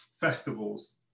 festivals